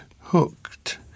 hooked